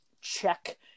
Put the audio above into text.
check